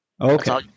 Okay